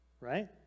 right